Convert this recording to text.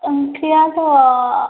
ओंख्रियाथ'